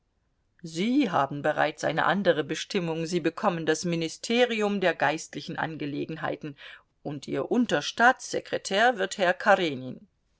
sie haben bereits eine andere bestimmung sie bekommen das ministerium der geistlichen angelegenheiten und ihr unterstaatssekretär wird herr karenin